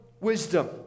wisdom